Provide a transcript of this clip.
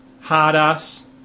hard-ass